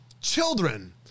children